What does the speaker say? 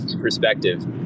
perspective